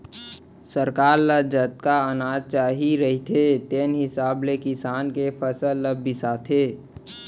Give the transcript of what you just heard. सरकार ल जतका अनाज चाही रहिथे तेन हिसाब ले किसान के फसल ल बिसाथे